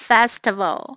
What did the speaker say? Festival